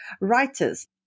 writers